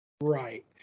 Right